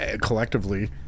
collectively